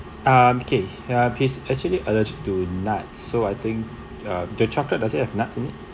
um okay yeah he's actually allergic to nuts so I think the chocolate does it have nuts in it